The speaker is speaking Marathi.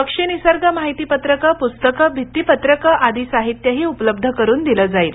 पक्षी निसर्ग माहिती पत्रकं पुस्तकं भित्तीपत्रकं आदि साहित्यही उपलब्ध करुन दिलं जाईल